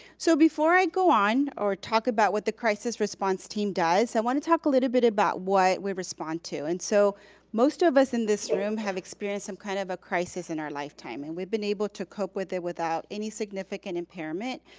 so before i go on or talk about what the crisis response team does, i wanna talk a little bit about what we respond to and so most of us in this room have experienced some kind of a crisis in our lifetime and we've been able to cope with it without any significant impairment.